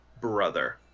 brother